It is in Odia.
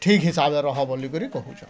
ଠିକ୍ ହିସାବର ରହ ବୋଲି କରି କହୁଚନ୍